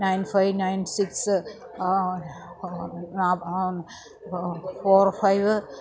nine five nine six four five